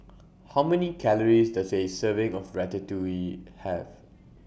How Many Calories Does A Serving of Ratatouille Have